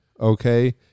okay